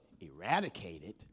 eradicated